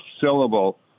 syllable